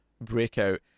breakout